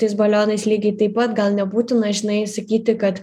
tais balionais lygiai taip pat gal nebūtina žinai sakyti kad